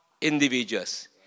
individuals